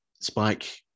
Spike